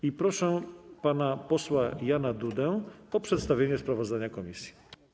I proszę pana posła Jana Dudę o przedstawienie sprawozdania komisji.